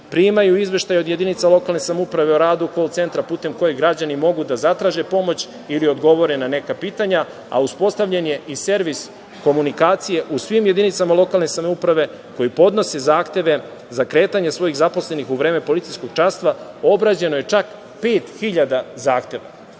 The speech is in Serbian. primaju izveštaje od jedinica lokalne samouprave o radu kol centra putem kojeg građani mogu da zatraže pomoć ili odgovore na neka pitanja, a uspostavljen je i servis komunikacije u svim jedinicama lokalne samouprave koje podnosi zahteve za kretanje svojih zaposlenih u vreme policijskog časa. Obrađeno je čak 5.000 zahteva. Kada